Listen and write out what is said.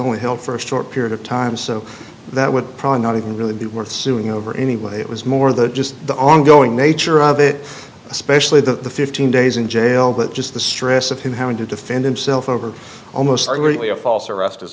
only held for a short period of time so that would probably not even really be worth suing over anyway it was more than just the ongoing nature of it especially the fifteen days in jail but just the stress of him having to defend himself over almost certainly a false a